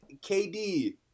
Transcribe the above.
KD